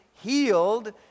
healed